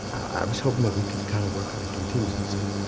i was hoping that we could kind of work on a contingency.